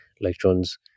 electrons